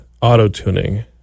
auto-tuning